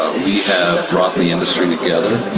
we have brought the industry together